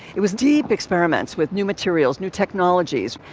it was deep experiments with new materials, new technologies,